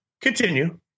Continue